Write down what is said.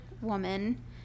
woman